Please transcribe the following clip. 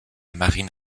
marine